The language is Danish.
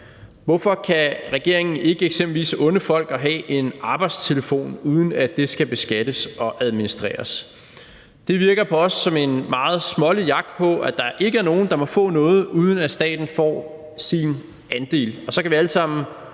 Hvorfor kan regeringen f.eks. ikke unde folk at have en arbejdstelefon, uden at det skal beskattes og administreres? Det virker for os som en meget smålig jagt på, at der ikke er nogen, der må få noget, uden at staten får sin andel,